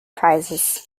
prizes